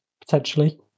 potentially